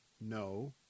No